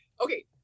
okay